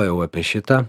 o jau apie šitą